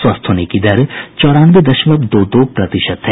स्वस्थ होने की दर चौरानवे दशमलव दो दो प्रतिशत है